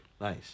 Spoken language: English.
Nice